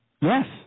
Yes